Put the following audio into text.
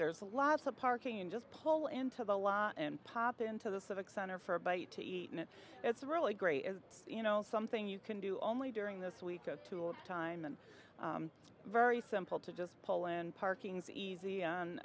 there's lots of parking and just pull into the lot and pop into the civic center for a bite to eat and it's really great you know something you can do only during this week o two time and very simple to just pull in parking's easy